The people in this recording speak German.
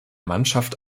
mannschaft